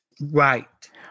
right